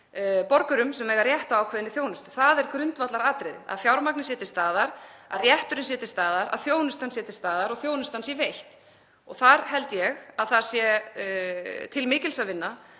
borgurum sem eiga rétt á ákveðinni þjónustu. Það er grundvallaratriði að fjármagnið sé til staðar, að rétturinn sé til staðar, að þjónustan sé til staðar og að þjónustan sé veitt. Þar held ég að sé til mikils að vinna,